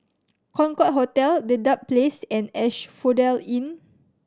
Concorde Hotel Dedap Place and Asphodel Inn